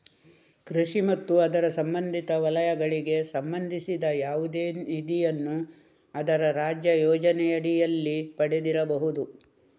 ಕೃಷಿ ಮತ್ತು ಅದರ ಸಂಬಂಧಿತ ವಲಯಗಳಿಗೆ ಸಂಬಂಧಿಸಿದ ಯಾವುದೇ ನಿಧಿಯನ್ನು ಅದರ ರಾಜ್ಯ ಯೋಜನೆಯಡಿಯಲ್ಲಿ ಪಡೆದಿರಬಹುದು